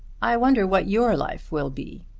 i wonder what your life will be.